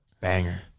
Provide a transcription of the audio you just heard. Banger